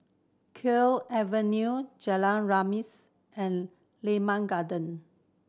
Kew Avenue Jalan Remis and Limau Garden